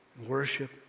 Worship